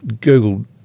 Google